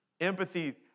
Empathy